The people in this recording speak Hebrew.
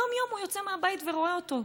יום-יום הוא יוצא מהבית ורואה אותו.